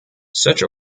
such